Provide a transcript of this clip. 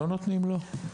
לא נותנים לו?